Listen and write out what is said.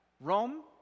Rome